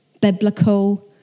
biblical